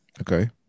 Okay